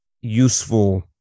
useful